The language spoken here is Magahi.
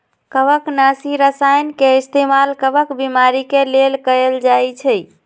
कवकनाशी रसायन के इस्तेमाल कवक बीमारी के लेल कएल जाई छई